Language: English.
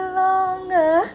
longer